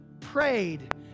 prayed